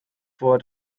vor